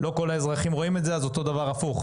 לא כל האזרחים רואים את זה, אז אותו דבר הפוך.